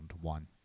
one